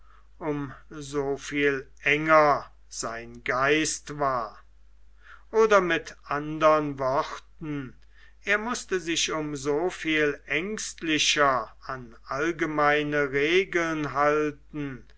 um so viel enger sein geist war oder mit andern worten er mußte sich um so viel ängstlicher an allgemeine regeln halten